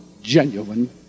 genuine